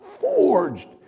Forged